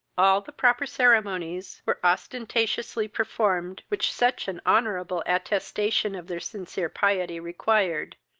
all the proper ceremonies were ostentatiously performed which such an honourable attestation of their sincere piety required,